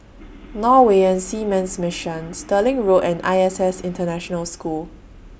Norwegian Seamen's Mission Stirling Road and I S S International School